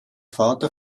vater